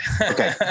Okay